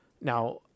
now